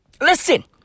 listen